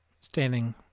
standing